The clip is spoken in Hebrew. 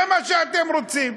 זה מה שאתם רוצים.